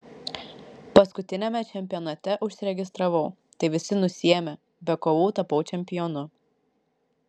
paskutiniame čempionate užsiregistravau tai visi nusiėmė be kovų tapau čempionu